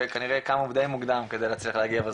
וכנראה קמו די מוקדם כדי להצליח להגיע בזמן.